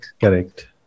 Correct